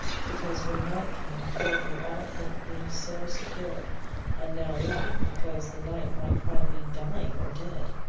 because when night came they would all think me so secure and now weeping because the night might find me dying or dead.